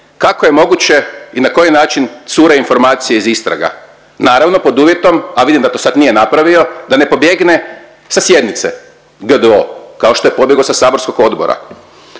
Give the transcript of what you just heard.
kako je moguće i na koji način cure informacije iz istraga, naravno pod uvjetom, a vidim da to sad nije napravio da ne pobjegne sa sjednice GDO kao što je pobjegao sa saborskog odbora.